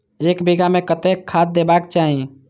एक बिघा में कतेक खाघ देबाक चाही?